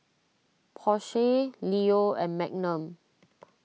Porsche Leo and Magnum